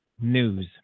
news